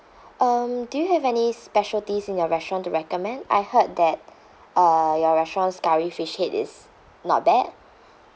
um do you have any specialities in your restaurant to recommend I heard that uh your restaurant's curry fish head is not bad